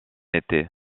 été